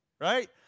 right